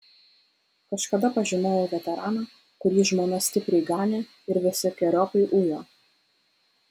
kažkada pažinojau veteraną kurį žmona stipriai ganė ir visokeriopai ujo